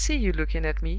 i see you looking at me,